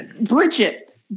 Bridget